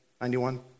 91